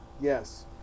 Yes